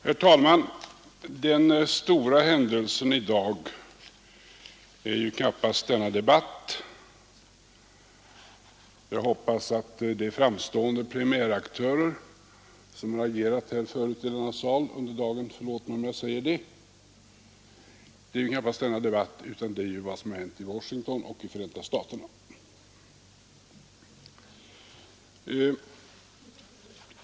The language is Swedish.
Herr talman! Den stora händelsen i dag är ju knappast denna debatt — jag hoppas att de framstående premiäraktörer som agerat förut under dagen här i denna sal förlåter mig om jag säger det — utan vad som har hänt i Washington och Förenta staterna.